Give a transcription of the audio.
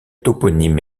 toponyme